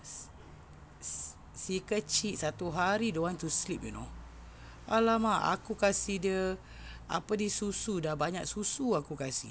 si si si kecil satu hari don't want to sleep you know !alamak! aku kasi dia apa ni susu dah banyak susu aku kasi